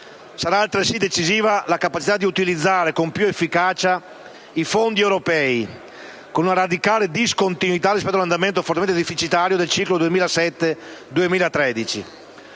Sarà altresì decisiva la capacità di utilizzare con più efficacia i Fondi europei, con una radicale discontinuità rispetto all'andamento fortemente deficitario del ciclo 2007-2013.